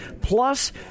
plus